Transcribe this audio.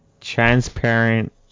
transparent